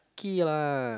~ky lah